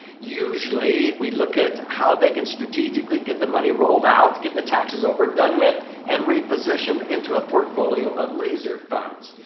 usually, we look at how they can strategically get the money rolled out, get the taxes over and done with and repositioned into a portfolio of laser funds.